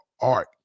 art